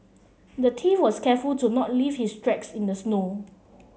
the thief was careful to not leave his tracks in the snow